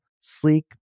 sleek